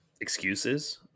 excuses